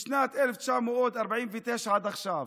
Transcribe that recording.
משנת 1949 עד עכשיו,